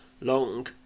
Long